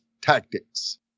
tactics